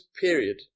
period